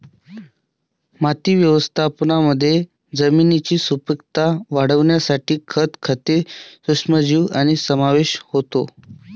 माती व्यवस्थापनामध्ये जमिनीची सुपीकता वाढवण्यासाठी खत, खते, सूक्ष्मजीव यांचा समावेश होतो